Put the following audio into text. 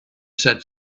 said